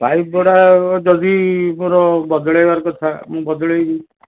ପାଇପ୍ଗୁଡ଼ା ଯଦି ମୋର ବଦଳାଇବାର କଥା ମୁଁ ବଦଳାଇବି